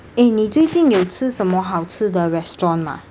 eh 你最近有吃什么好吃的 restaurant 吗